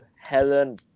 Helen